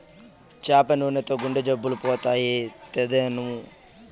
చేప నూనెతో గుండె జబ్బులు పోతాయి, తెద్దునా